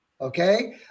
Okay